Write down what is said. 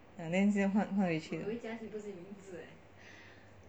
then 现在换换回去了